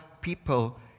people